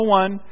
one